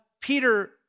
Peter